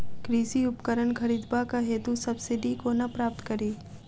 कृषि उपकरण खरीदबाक हेतु सब्सिडी कोना प्राप्त कड़ी?